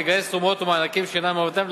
לגייס תרומות ומענקים שאינם מעבודתם,